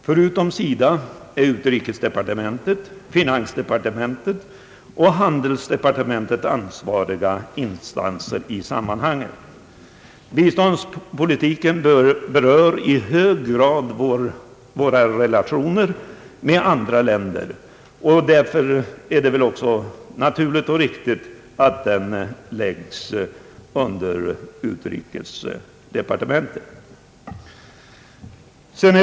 Förutom SIDA är utrikesdepartementet, finansdepartementet och handelsdepartementet ansvariga instanser i sammanhanget. Biståndspolitiken berör i hög grad våra relationer till andra länder. Därför är det väl också naturligt och riktigt att den läggs under utrikesdepartementet.